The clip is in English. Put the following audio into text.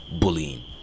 bullying